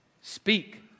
Speak